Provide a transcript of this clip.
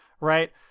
Right